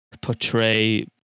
portray